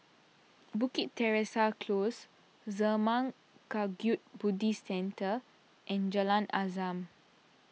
Bukit Teresa Close Zurmang Kagyud Buddhist Centre and Jalan Azam